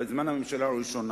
בזמן הממשלה הראשונה.